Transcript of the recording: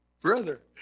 brother